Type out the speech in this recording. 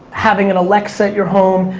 having an alexa at your home,